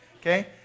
okay